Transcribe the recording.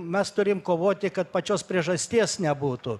mes turim kovoti kad pačios priežasties nebūtų